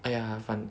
!aiya! 反